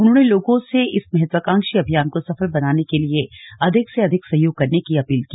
उन्होंने लोगों से इस महत्वाकांक्षी अभियान को सफल बनाने के लिए अधिक से अधिक सहयोग करने की अपील की